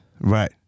Right